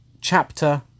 chapter